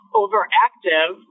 overactive